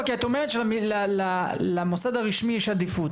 לא כי את אומרת שלמוסד הרשמי יש עדיפות,